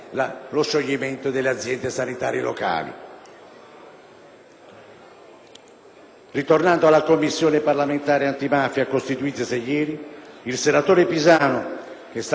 Tornando alla Commissione parlamentare antimafia costituitasi ieri, il senatore Pisanu - che è stato un prestigioso ministro dell'interno, apprezzato